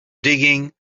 digging